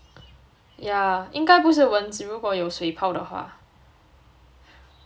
yeah 应该不是蚊子如果有水泡的话